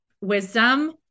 wisdom